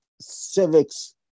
civics